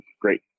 great